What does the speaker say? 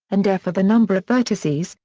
and f are the number of vertices,